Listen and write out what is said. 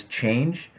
change